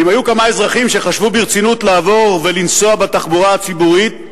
אם היו כמה אזרחים שחשבו ברצינות לעבור ולנסוע בתחבורה ציבורית,